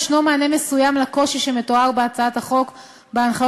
יש מענה מסוים לקושי שמתואר בהצעת החוק בהנחיות